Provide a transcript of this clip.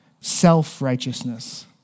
self-righteousness